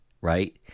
right